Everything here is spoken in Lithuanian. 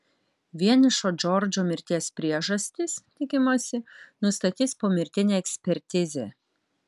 vienišo džordžo mirties priežastis tikimasi nustatys pomirtinė ekspertizė